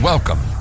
Welcome